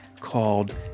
called